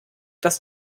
dass